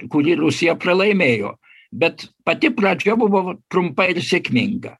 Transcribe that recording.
kurį rusija pralaimėjo bet pati pradžia buvo trumpa ir sėkminga